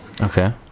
Okay